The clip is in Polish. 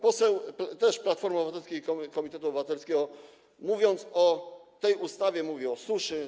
Poseł Platformy Obywatelskiej i Komitetu Obywatelskiego, mówiąc o tej ustawie, pyta o suszę.